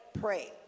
pray